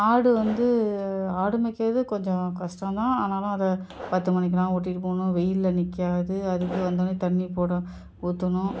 ஆடு வந்து ஆடு மேய்க்கிறது கொஞ்சம் கஷ்டம்தான் ஆனாலும் அதை பத்து மணிக்கெலாம் ஓட்டிகிட்டு போகணும் வெயிலில் நிற்காது அதுக்கு வந்தோடனே தண்ணி போட ஊற்றணும்